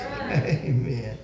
Amen